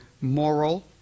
moral